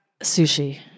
Sushi